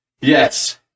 Yes